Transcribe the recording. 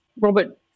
Robert